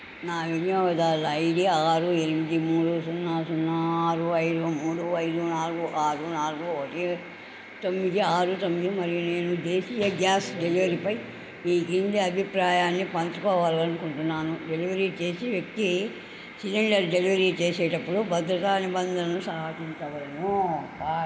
నా వినియోగదారుల ఐడి ఆరు ఎనిమిది మూడు సున్నా సున్నా ఆరు ఐదు మూడు ఐదు నాలుగు ఆరు నాలుగు ఒకటి తొమ్మిది ఆరు తొమ్మిది మరియు నేను దేశీయ గ్యాస్ డెలివరీపై ఈ క్రింది అభిప్రాయాన్ని పంచుకోవాలనుకుంటున్నాను డెలివరీ చేసే వ్యక్తి సిలిండర్ డెలివరీ చేసేటప్పుడు భద్రతా నిబంధనలను పాటించవలెను